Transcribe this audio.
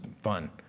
fun